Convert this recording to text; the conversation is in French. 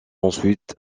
ensuite